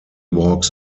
walks